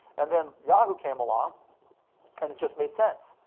and then yahoo! came along and it just made sense.